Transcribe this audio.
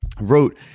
wrote